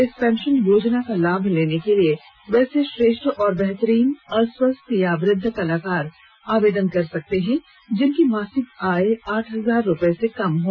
इस पेंशन योजना का लाभ लेने के लिए वैसे श्रेष्ठ एवं बेहतरीन अस्वस्थ वृद्ध कलाकार आवेदन कर सकते हैं जिनकी मासिक आय आठ हजार रुपए से कम हो